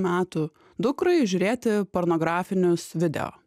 metų dukrai žiūrėti pornografinius video